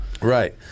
Right